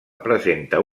presenta